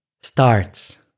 starts